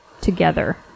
together